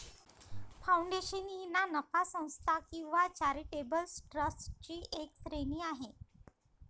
foundation ही ना नफा संस्था किंवा चॅरिटेबल ट्रस्टची एक श्रेणी आहे